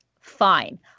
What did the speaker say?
fine